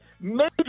Major